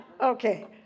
Okay